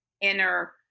inner